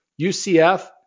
UCF